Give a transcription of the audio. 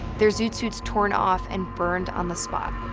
their zoot suits torn off and burned on the spot.